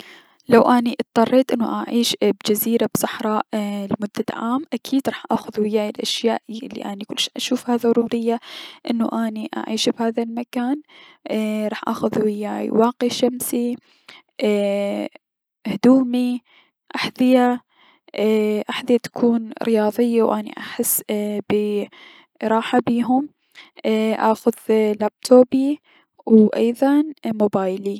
لو اني جنت مضطرة اني اعيش بجزيرة بصحراء لمدة عام اكيد راح اخذ وياي الأشياء الي اشوفها ضرورية انو اعيش بهذا المكان اي- راح اخذ وياي واقي شمس، اي- هدومي، احذية، احذية تكون رياضية و اني احس ب راحة بيهم، اخذ لابتوبي و ايضا موبايلي.